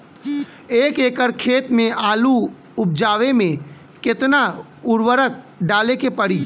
एक एकड़ खेत मे आलू उपजावे मे केतना उर्वरक डाले के पड़ी?